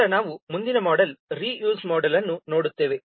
ನಂತರ ನಾವು ಮುಂದಿನ ಮೋಡೆಲ್ ರೀ ಯೂಸ್ ಮೋಡೆಲ್ ಅನ್ನು ನೋಡುತ್ತೇವೆ